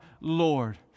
Lord